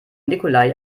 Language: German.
nikolai